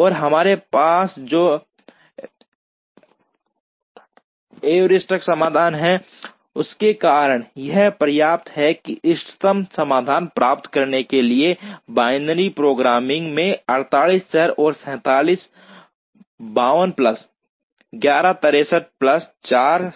और हमारे पास जो हेयुरिस्टिक समाधान है उसके कारण यह पर्याप्त है कि इष्टतम समाधान प्राप्त करने के लिए बाइनरी प्रोग्रामिंग में 48 चर और 67 52 प्लस 11 63 प्लस 4